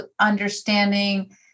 understanding